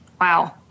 Wow